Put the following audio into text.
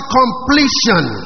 completion